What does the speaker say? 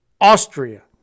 Austria